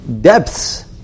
depths